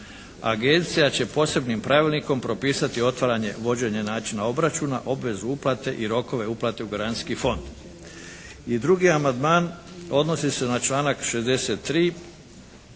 Agencija će posebnim pravilnikom propisati otvaranje vođenja načina obračuna, obvezu uplate i rokove uplate u garancijski fond." I drugi amandman odnosi se na članak 63.